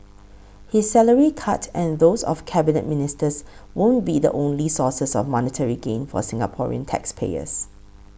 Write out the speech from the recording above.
his salary cut and those of Cabinet Ministers won't be the only sources of monetary gain for Singaporean taxpayers